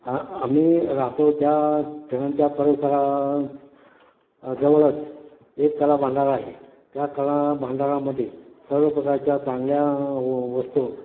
आ आम्ही राहतो त्या ठिकाणच्या परिसरात जवळच एक कला भांडार आहे त्या कला भांडारामध्ये सर्व प्रकारच्या चांगल्या व वस्तू